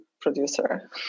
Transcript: producer